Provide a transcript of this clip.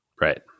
Right